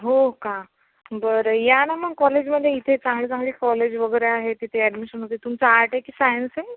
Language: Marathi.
हो का बरं या ना मग कॉलेजमध्ये इथे चांगलेचांगले कॉलेज वगैरे आहे तिथं ॲडमिशन वगैरे तुमचं आर्ट आहे की सायन्स आहे